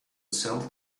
sell